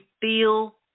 feel